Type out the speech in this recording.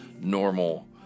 normal